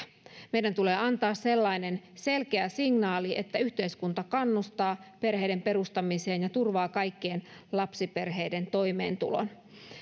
meidän tulee antaa selkeä signaali että yhteiskunta kannustaa perheiden perustamiseen ja turvaa kaikkien lapsiperheiden toimeentulon